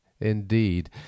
Indeed